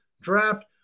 draft